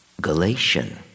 Galatian